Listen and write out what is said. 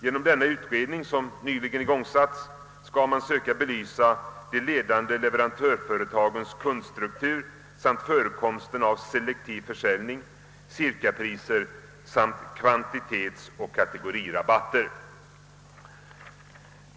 Genom denna utredning som nyligen igångsatts skall man försöka belysa de ledande leverantörföretagens kundstruktur samt förekomsten av selektiv försäljning, cirkapriser samt kvantitetsoch kategorirabatter.